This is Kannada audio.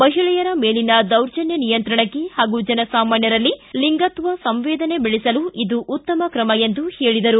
ಮಹಿಳೆಯರ ಮೇಲಿನ ದೌರ್ಜನ್ಕ ನಿಯಂತ್ರಣಕ್ಕೆ ಹಾಗೂ ಜನ ಸಾಮಾನ್ಯರಲ್ಲಿ ಲಿಂಗತ್ವ ಸಂವೇದನೆ ಬೆಳೆಸಲು ಇದು ಉತ್ತಮ ಕ್ರಮ ಎಂದು ಹೇಳಿದರು